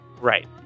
Right